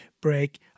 break